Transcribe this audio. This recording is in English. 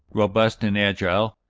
robust and agile,